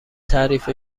تعریف